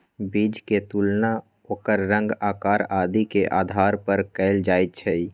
बीज के तुलना ओकर रंग, आकार आदि के आधार पर कएल जाई छई